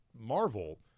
Marvel